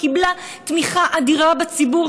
קיבלה תמיכה אדירה בציבור,